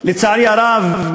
לצערי הרב,